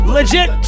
Legit